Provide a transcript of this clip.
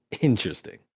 Interesting